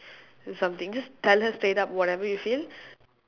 do something just tell her straight up whatever you feel